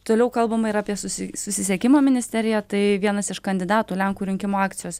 toliau kalbama ir apie susi susisiekimo ministeriją tai vienas iš kandidatų lenkų rinkimų akcijos